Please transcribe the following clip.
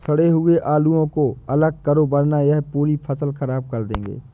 सड़े हुए आलुओं को अलग करो वरना यह पूरी फसल खराब कर देंगे